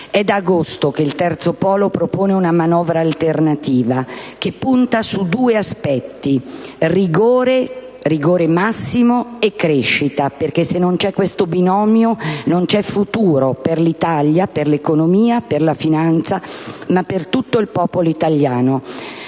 È da agosto che il Terzo Polo propone una manovra alternativa, che punta su due aspetti: rigore massimo e crescita. Se non c'è infatti questo binomio, non c'è futuro per l'Italia, per l'economia, per la finanza e per tutto il popolo italiano.